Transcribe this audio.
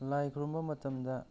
ꯂꯥꯏ ꯈꯨꯔꯨꯝꯕ ꯃꯇꯝꯗ